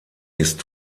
ist